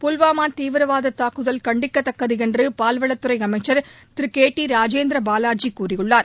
புல்வாமா தீவிரவாத தாக்குதல் கண்டிக்கத்தக்கது என்று பால்வளத் துறை அமைச்சர் திரு கே டி ராஜேந்திர பாலாஜி கூறியுள்ளார்